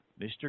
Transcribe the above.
Mr